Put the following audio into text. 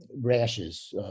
rashes